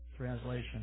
translation